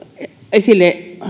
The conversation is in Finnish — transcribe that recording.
esille